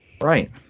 right